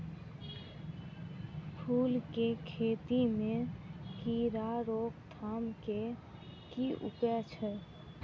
फूल केँ खेती मे कीड़ा रोकथाम केँ की उपाय छै?